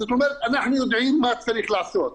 זאת אומרת, אנחנו יודעים מה צריך לעשות.